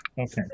okay